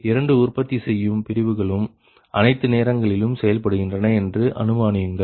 இரண்டு உற்பத்தி செய்யும் பிரிவுகளும் அனைத்து நேரங்களிலும் செயல்படுகின்றன என்று அனுமானியுங்கள்